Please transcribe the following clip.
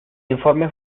informe